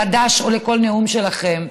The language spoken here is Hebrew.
לדש או לכל נאום שלכם.